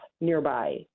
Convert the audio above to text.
nearby